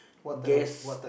gas